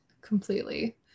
completely